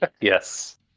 Yes